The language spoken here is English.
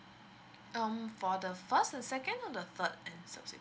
um for the first the second on the third and subsequently